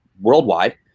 worldwide